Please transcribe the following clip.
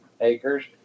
acres